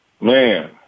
man